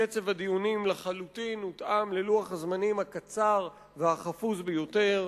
קצב הדיונים לחלוטין הותאם ללוח הזמנים הקצר והחפוז ביותר.